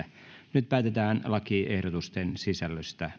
nyt päätetään lakiehdotusten sisällöstä